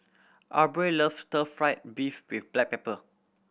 Aubrey loves Stir Fry beef with black pepper